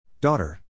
Daughter